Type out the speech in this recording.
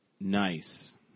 Nice